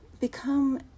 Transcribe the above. become